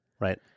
right